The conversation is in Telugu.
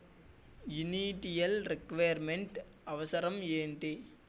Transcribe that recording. ఇనిటియల్ రిక్వైర్ మెంట్ అవసరం ఎంటి?